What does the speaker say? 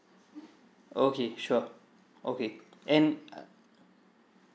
okay sure okay and uh